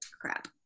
Crap